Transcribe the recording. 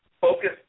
Focus